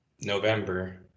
November